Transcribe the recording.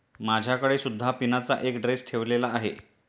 माझ्याकडे सुद्धा पिनाचा एक ड्रेस ठेवलेला आहे